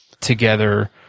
together